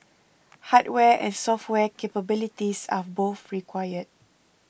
hardware and software capabilities are both required